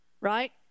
Right